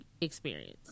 experience